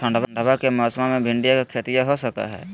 ठंडबा के मौसमा मे भिंडया के खेतीया हो सकये है?